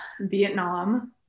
Vietnam